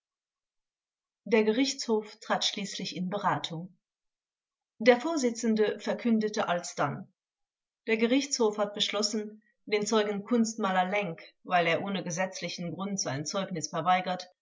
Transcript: der gerichtshof trat schließlich in beratung der vorsitzende verkündete alsdann der gerichtshof hat beschlossen den zeugen kunstmaler lenk weil er ohne gesetzlichen grund sein zeugnis verweigert